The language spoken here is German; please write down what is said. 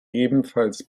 ebenfalls